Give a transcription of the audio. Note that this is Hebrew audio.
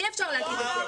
אי-אפשר להגיד את זה.